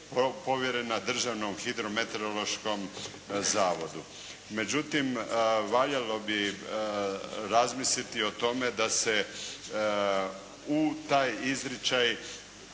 povjerena Državnom hidrometeorološkom zavodu. Međutim, valjalo bi razmisliti o tome da se u taj izričaj